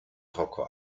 rocco